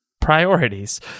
priorities